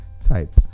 type